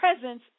presence